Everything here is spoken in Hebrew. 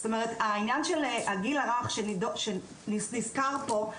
זאת אומרת העניין של הגיל הרך שנזכר פה,